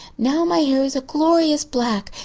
now my hair is a glorious black,